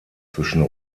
zwischen